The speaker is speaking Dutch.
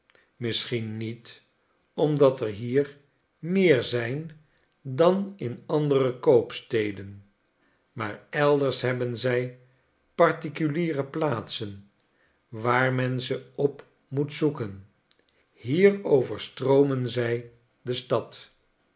misschien niet omdat er hier meer zijn dan in andere koopsteden maar elders hebben zij particuliere plaatsen waar men ze op moet zoeken hier overstroomen zij de stad